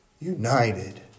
united